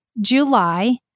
July